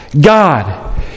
God